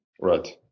Right